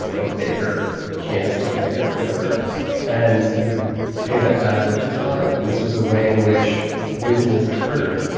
or baker, candlestick maker, whatever. and you'd pay that back over time. and this was a way in which business occurred.